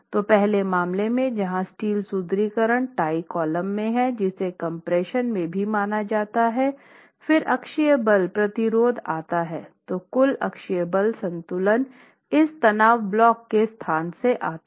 तो पहले मामले में जहां स्टील सुदृढीकरण टाई कॉलम में है जिसे कम्प्रेशन में भी माना जाता है फिर अक्षीय बल प्रतिरोध आता है तो कुल अक्षीय बल संतुलन इस तनाव ब्लॉक के स्थान से आता है